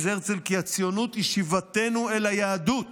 הרצל כי "הציונות היא שיבה אל היהדות